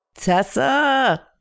Tessa